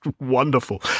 wonderful